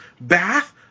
Bath